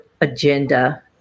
agenda